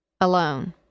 alone